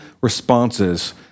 responses